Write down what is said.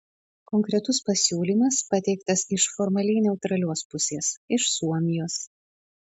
konkretus pasiūlymas pateiktas iš formaliai neutralios pusės iš suomijos